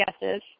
guesses